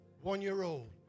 one-year-old